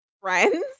friends